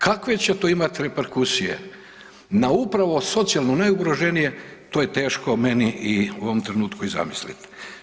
Kakve će to imat reperkusije na upravo socijalno najugroženije, to je teško meni i u ovom trenutku i zamisliti.